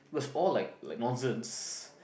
was all like like nonsense